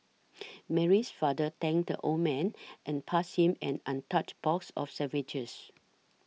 Mary's father thanked the old man and passed him an untouched box of sandwiches